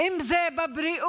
אם זה בבריאות,